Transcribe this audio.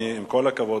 עם כל הכבוד,